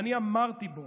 אני אמרתי בו: